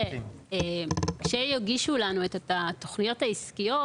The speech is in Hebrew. כשהחברות מגישות לנו את התכניות העסקיות,